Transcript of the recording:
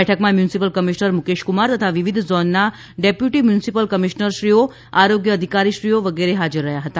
બેઠકમાં municipal commissioner Mukeshkumar તથા વિવિધ ઝેનના ડેપ્યુટી મ્યુનિસિપલ કમિશનરો આરોગ્ય અધિકારી વગેરે હાજર રહ્યા હતા